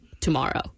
tomorrow